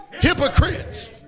Hypocrites